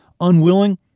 unwilling